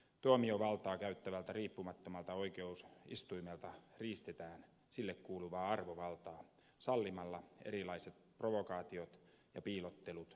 tuomiovaltaa käyttävältä riippumattomalta oikeusistuimelta riistetään sille kuuluvaa arvovaltaa sallimalla erilaiset provokaatiot ja piilottelut oikeuskäsittelyn aikana